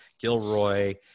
Gilroy